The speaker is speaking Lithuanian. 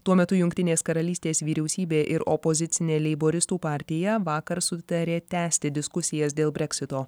tuo metu jungtinės karalystės vyriausybė ir opozicinė leiboristų partija vakar sutarė tęsti diskusijas dėl breksito